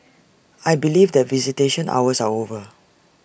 I believe that visitation hours are over